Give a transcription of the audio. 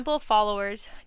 followers